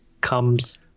comes